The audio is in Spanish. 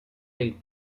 del